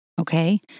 okay